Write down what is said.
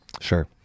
Sure